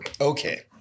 Okay